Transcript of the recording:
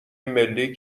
ملی